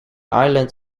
island